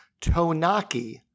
Tonaki